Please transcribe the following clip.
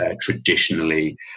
traditionally